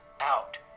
out